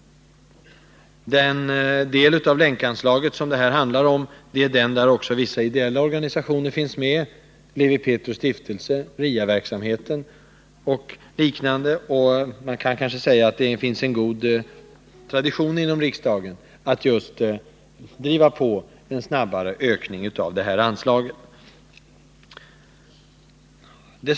I den del av Länkanslaget som det här handlar om finns också vissa ideella organisationer med, bl.a. Lewi Pethrus stiftelse och RIA-verksamheten. Det är en god tradition att riksdagen ställer sig bakom en snabbare ökning av just detta anslag.